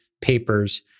papers